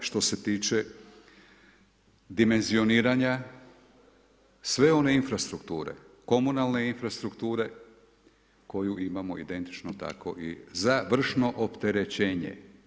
Što se tiče dimenzioniranja, sve one infrastrukture, komunalne infrastrukture koju imamo identičnu tako i završno opterećenje.